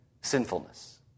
sinfulness